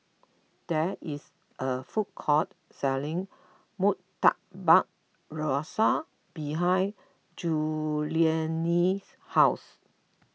there is a food court selling Murtabak Rusa behind Juliann's house